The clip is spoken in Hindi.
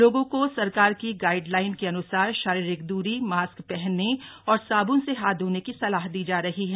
लोगों को सरकार की गाइडलाइन के अन्सार शारीरिक दूरी मास्क पहनने और साब्न से हाथ धोने की सलाह दी जा रही है